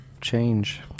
change